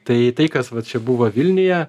tai tai kas va čia buvo vilniuje